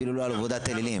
אפילו לא על עבודת אלילים.